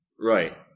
Right